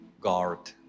God